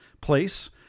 place